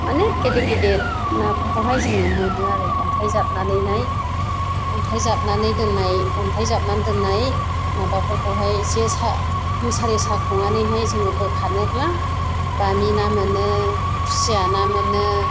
माने गेदेर गेदेर नाफोरखौहाय जोङो मोनो आरो अन्थाइ जाबनानैहाय अन्थाइ जाबनानै दोननाय अन्थाइ जाबनानै दोननाय माबाफोरखौहाय एसे मुसारि साखंनानै जोङो बोखारनोब्ला बामि ना मोनो खुसिया ना मोनो